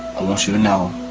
you to know